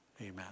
Amen